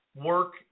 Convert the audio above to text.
work